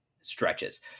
stretches